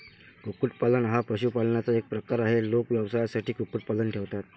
कुक्कुटपालन हा पशुपालनाचा एक प्रकार आहे, लोक व्यवसायासाठी कुक्कुटपालन ठेवतात